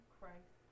Christ